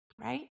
right